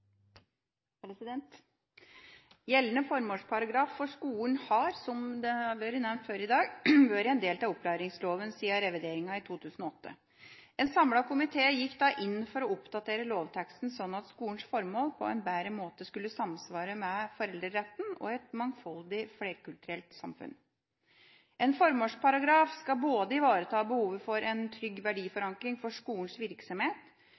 dem. Gjeldende formålsparagraf for skolen har, som det har vært nevnt før i dag, vært en del av opplæringsloven siden revideringen i 2008. En samlet komité gikk da inn for å oppdatere lovteksten sånn at skolens formål på en bedre måte skulle samsvare med foreldreretten og et mangfoldig, flerkulturelt samfunn. En formålsparagraf skal både ivareta behovet for en trygg verdiforankring for skolens virksomhet